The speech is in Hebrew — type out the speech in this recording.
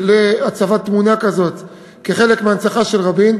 להצבת תמונה כזאת כחלק מהנצחה של רבין.